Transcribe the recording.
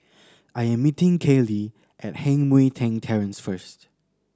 I am meeting Kaylie at Heng Mui Keng Terrace first